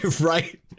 right